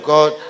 God